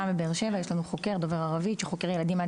גם בבאר שבע יש לנו חוקר דובר ערבית שחוקר ילדים עד